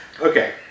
okay